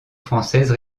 française